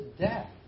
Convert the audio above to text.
death